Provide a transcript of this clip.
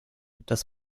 das